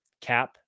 cap